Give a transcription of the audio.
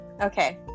okay